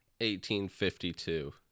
1852